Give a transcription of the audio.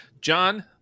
John